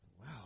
wow